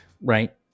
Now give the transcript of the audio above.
right